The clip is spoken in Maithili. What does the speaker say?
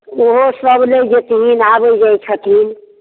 ओहोसभ लै जेथिन आबै जाइ छथिन